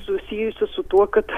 susijusių su tuo kad